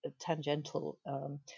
tangential